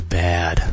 bad